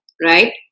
right